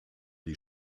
die